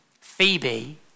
Phoebe